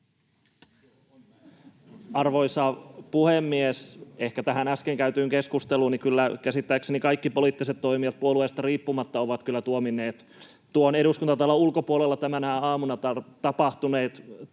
Arvoisa puhemies! Ehkä tähän äsken käytyyn keskusteluun: Kyllä käsittääkseni kaikki poliittiset toimijat puolueesta riippumatta ovat tuominneet Eduskuntatalon ulkopuolella tänä aamuna tapahtuneet